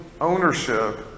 ownership